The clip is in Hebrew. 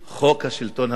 חוק השלטון המקומי,